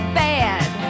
bad